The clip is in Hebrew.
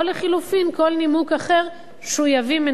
או לחלופין כל נימוק אחר שהוא יבוא,